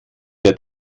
der